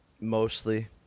Mostly